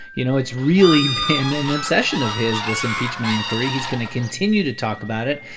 you know, it's really been an obsession of his, this impeachment inquiry. he's going to continue to talk about it.